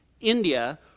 India